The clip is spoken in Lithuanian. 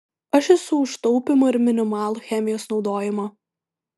aš esu už taupymą ir minimalų chemijos naudojimą